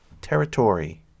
Territory